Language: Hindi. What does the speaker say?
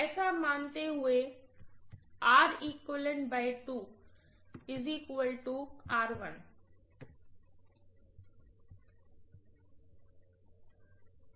ऐसा मानते हुए तथा भी